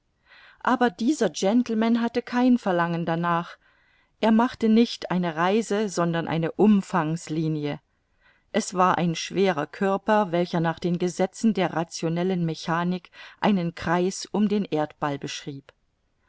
aber dieser gentleman hatte kein verlangen darnach er machte nicht eine reise sondern eine umfangslinie es war ein schwerer körper welcher nach den gesetzen der rationellen mechanik einen kreis um den erdball beschrieb